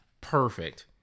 perfect